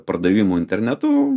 pardavimų internetu